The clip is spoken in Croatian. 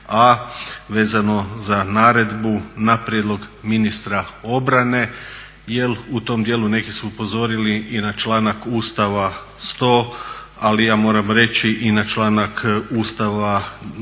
a vezano za naredbu na prijedlog ministra obrane jer u tom dijelu neki su upozorili i na članak Ustava 100. Ali ja moram reći i na članak Ustava broj